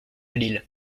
lille